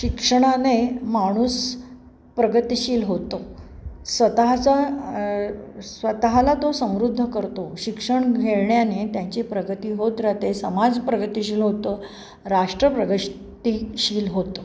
शिक्षणाने माणूस प्रगतिशील होतो स्वतःचा स्वतःला तो समृद्ध करतो शिक्षण घेण्याने त्यांची प्रगती होत राहते समाज प्रगतिशील होतो राष्ट्र प्रगतिशील होतं